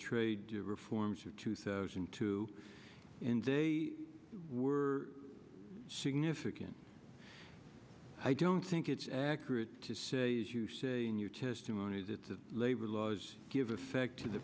trade reforms for two thousand and two were significant i don't think it's accurate to say as you say in your testimony that the labor laws give effect to the